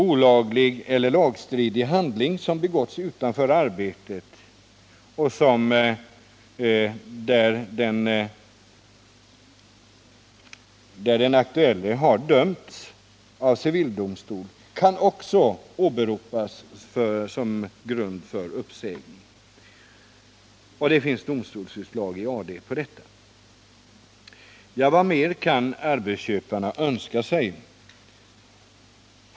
Olaglig eller lagstridig handling som begåtts utanför arbetet och för vilken vederbörande dömts av civil domstol kan också åberopas som grund för uppsägning. Det finns domstolsutslag i AD på detta. Ja, vad mer kan arbetsköparna önska sig?